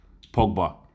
Pogba